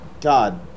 God